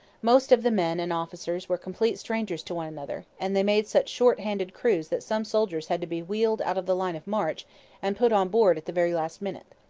most of the men and officers were complete strangers to one another and they made such short-handed crews that some soldiers had to be wheeled out of the line of march and put on board at the very last minute.